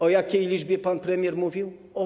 O jakiej liczbie pan premier mówił?